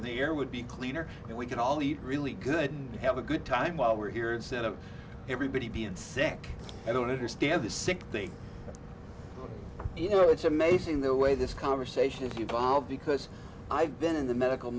the air would be cleaner and we can all eat really good and have a good time while we're here instead of everybody being sick i don't understand the sick thing you know it's amazing the way this conversation is you bob because i've been in the medical